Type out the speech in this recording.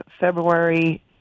February